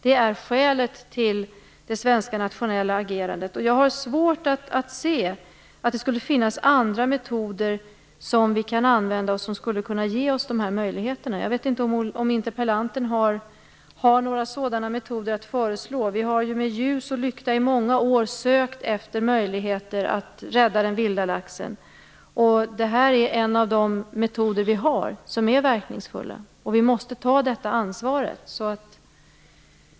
Det är skälet till det svenska nationella agerandet. Jag har svårt att se att vi kan använda andra metoder som skulle kunna ge oss dessa möjligheter. Jag vet inte om interpellanten har några sådana metoder att föreslå. Vi har ju med ljus och lykta i många år sökt efter möjligheter att rädda den vilda laxen. Detta är en av de verkningsfulla metoder som vi har, och vi måste ta detta ansvar.